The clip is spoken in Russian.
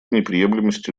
неприемлемости